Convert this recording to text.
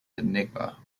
enigma